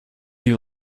you